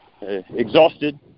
exhausted